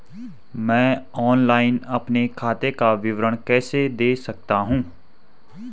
मैं ऑनलाइन अपने खाते का विवरण कैसे देख सकता हूँ?